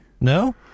No